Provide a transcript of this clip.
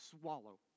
swallow